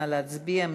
נא להצביע.